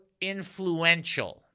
influential